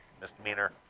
Misdemeanor